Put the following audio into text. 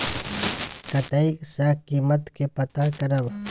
कतय सॅ कीमत के पता करब?